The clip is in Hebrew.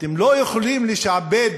אתם לא יכולים לשעבד